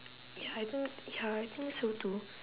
ya I think ya I think so too